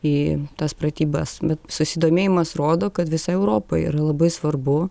į tas pratybas bet susidomėjimas rodo kad visai europai yra labai svarbu